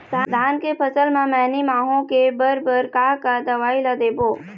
धान के फसल म मैनी माहो के बर बर का का दवई ला देबो?